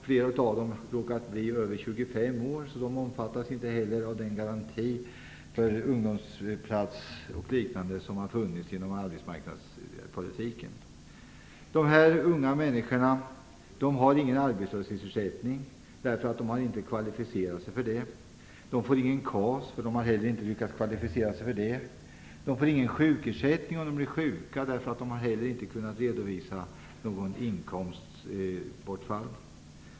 Flera av dem har råkat bli över 25 år, varför de inte heller omfattas av den garanti för ungdomsplatser och liknande som funnits inom arbetsmarknadspolitiken. Dessa unga människor har inte kunnat kvalificera sig för arbetslöshetsförsäkring. De får ingen KAS, eftersom de inte heller har kunnat kvalificera sig för sådan. De får ingen sjukpenning om de blir sjuka, eftersom de inte vidkänns något inkomstbortfall.